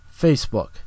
Facebook